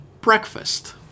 breakfast